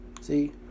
see